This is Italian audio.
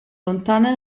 lontane